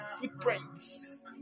footprints